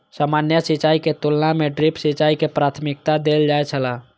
सामान्य सिंचाई के तुलना में ड्रिप सिंचाई के प्राथमिकता देल जाय छला